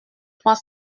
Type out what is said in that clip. trois